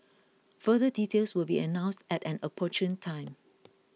further details will be announced at an opportune time